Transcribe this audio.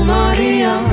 Maria